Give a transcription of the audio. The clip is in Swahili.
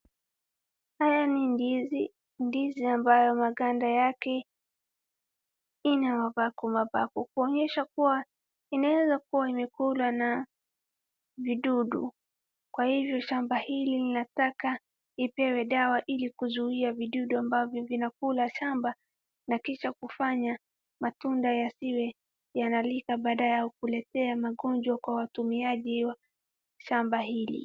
Haya ni ndizi, ndizi ambayo maganda yake ina mapakumapaku kuonyesha kuwa inaweza kuwa imekulwa na vidudu, kwa hivyo shamba hili linataka lipewe dawa ili kuzuia vidudu ambavyo vinakula shamba na kisha kufanya matunda yasiwe yanalika baada ya kuletea magonjwa kwa watumiaji wa shamba hili.